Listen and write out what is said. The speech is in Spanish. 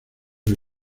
que